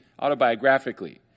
autobiographically